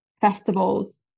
festivals